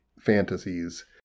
fantasies